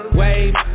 wave